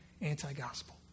anti-gospel